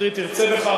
שטרית ירצה בכך,